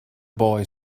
boy